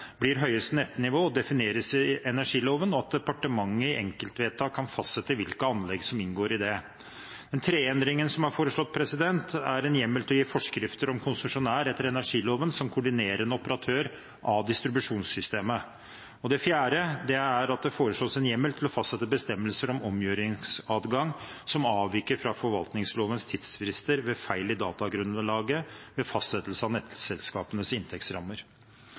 blir høyeste nettnivå og defineres i energiloven, og at departementet i enkeltvedtak kan fastsette hvilke anlegg som inngår i det. Den tredje endringen som er foreslått, er en hjemmel til å gi forskrifter om konsesjonær etter energiloven som koordinerende operatør av distribusjonssystemer. Og det fjerde er at det foreslås en hjemmel til å fastsette bestemmelser om omgjøringsadgang som avviker fra forvaltningslovens tidsfrister ved feil i datagrunnlaget ved fastsettelse av nettselskapenes inntektsrammer.